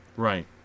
Right